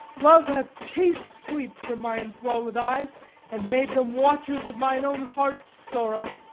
love hath chas'd sleep from my enthralled eyes and made them watchers of mine own heart's sorrow.